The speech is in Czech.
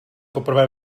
poprvé